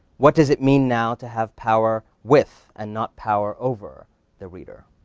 what does it mean now to have power with and not power over the reader?